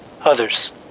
others